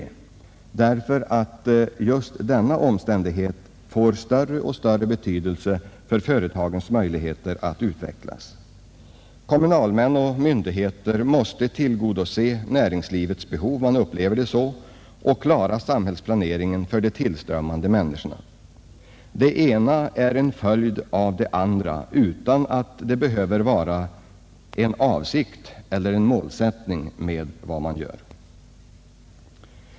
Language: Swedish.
Jo, därför att just denna omständighet får större och större betydelse för företagens möjligheter att utvecklas. Kommunalmän och myndigheter måste tillgodose näringslivets behov — man upplever det så — och klara samhällsplaneringen för de tillströmmande människorna. Det ena är en följd av det andra, utan att det behöver vara en avsikt eller en målsättning med vad som görs.